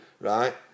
Right